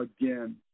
again